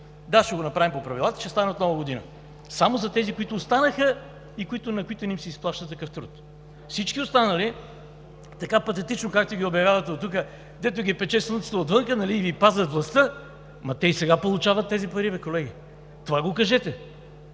да, ще го направим по правилата, ще стане от Нова година, само за тези, които останаха и на които не им се изплаща такъв труд. Всички останали, така патетично, както ги обявявате оттук – дето ги пече слънцето отвън, нали, и Ви пазят властта, ама те и сега получават тези пари бе, колеги! Това го кажете!